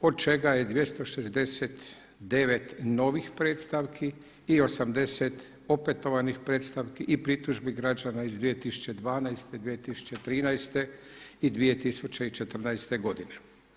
od čega je 269. novih predstavki i 80 opetovanih predstavki i pritužbi građana iz 2012., 2013. i 2014. godine.